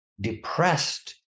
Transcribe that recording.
depressed